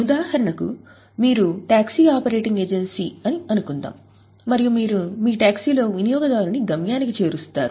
ఉదాహరణకు మీరు taxi operating agency అని అనుకుందాం మరియు మీరు మీ టాక్సీ లో వినియోగదారుని గమ్యానికి చేరుస్తారు